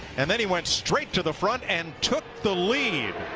and then he went straight to the front and took the lead.